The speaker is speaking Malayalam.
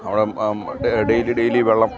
അവിടെ ഡെയിലി ഡെയിലി വെള്ളം